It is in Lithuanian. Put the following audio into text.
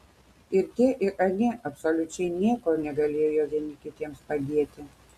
ir tie ir anie absoliučiai nieko negalėjo vieni kitiems padėti